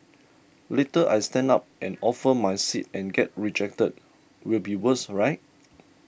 later I stand up and offer my seat and get rejected will be worse right